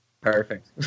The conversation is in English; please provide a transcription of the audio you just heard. Perfect